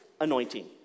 anointing